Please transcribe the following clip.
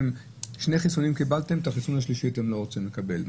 ששני חיסונים הם קיבלו ואת השלישי הם לא רוצים לקבל.